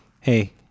Hey